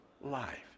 life